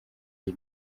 iyi